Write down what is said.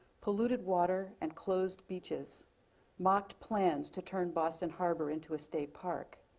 polluted water and closed beaches mocked plans to turn boston harbor into a state park.